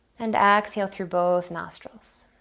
and exhale through both nostrils.